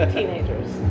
Teenagers